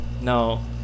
No